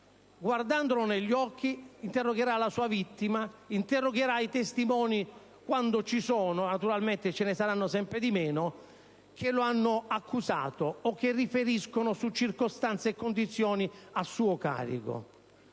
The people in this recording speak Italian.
guardandola negli occhi, la sua vittima, interrogherà i testimoni (quando ci sono, e naturalmente ve ne saranno sempre di meno) che lo hanno accusato o che riferiscono di circostanze e condizioni a suo carico.